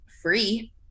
free